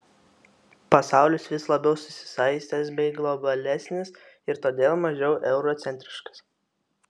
pasaulis vis labiau susisaistęs bei globalesnis ir todėl mažiau eurocentriškas